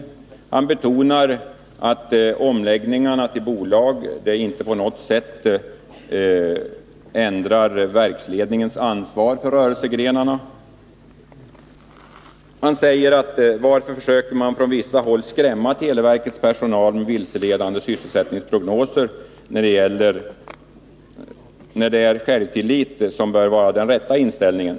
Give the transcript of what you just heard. Vidare betonar han att omläggningarna till bolag inte på något sätt ändrar verksledningens ansvar för rörelsegrenarna. Han frågade varför man på vissa håll försöker skrämma televerkets personal med vilseledande sysselsättningsprognoser när självtillit bör vara den rätta inställningen.